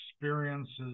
experiences